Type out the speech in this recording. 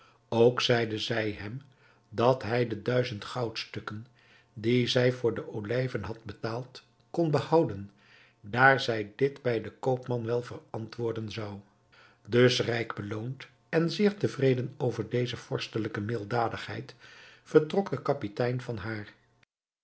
ook zeide zij hem dat hij de duizend goudstukken die zij voor de olijven had betaald kon behouden daar zij dit bij den koopman wel verantwoorden zou dus rijk beloond en zeer tevreden over deze vorstelijke milddadigheid vertrok de kapitein van daar